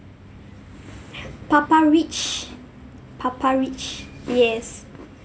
Papparich Papparich yes